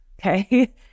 Okay